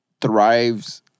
thrives